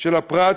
של הפרט,